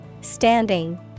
Standing